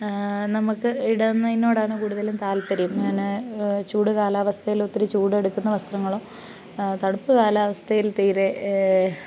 നമ്മൾക്ക് ഇടുന്നതിനോടാണ് കൂടുതലും താല്പര്യം ഞാൻ ചൂട് കാലാവസ്ഥയിൽ ഒത്തിരി ചൂടെടുക്കുന്ന വസ്ത്രങ്ങളും തണുപ്പ് കാലാവസ്ഥയിൽ തീരെ